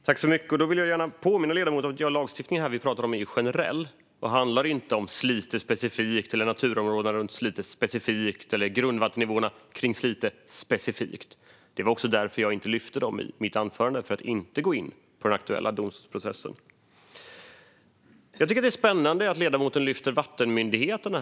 Herr talman! Låt mig påminna ledamoten om att debatten gäller lagstiftningen generellt och inte specifikt Slite, naturområdena runt Slite eller grundvattennivåerna i Slite. Jag tog alltså inte upp dem i mitt anförande just för att inte gå in på den aktuella domstolsprocessen. Det är spännande att ledamoten lyfter vattenmyndigheterna.